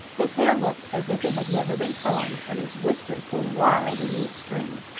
his hair looked as if it had never been combed, and his whiskers were wild in the extreme.